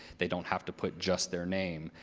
they don't have to put just their name.